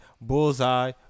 Bullseye